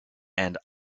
and